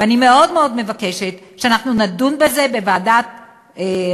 ואני מאוד מבקשת שאנחנו נדון בזה בוועדת העבודה,